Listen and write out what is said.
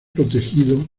protegida